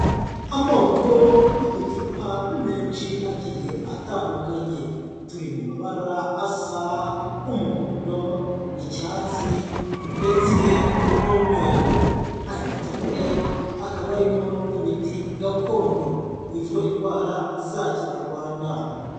Amoko y'uducupa menshi agiye atandukanye, turi mu mabara asa umuhondo, icyatsi ndetse n'umweru, aya macupa rero akaba arimo imiti gakondo ivura indwara za Kinyarwanda.